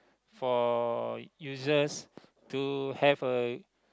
for users to have a